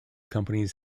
companies